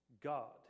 God